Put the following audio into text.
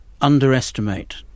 underestimate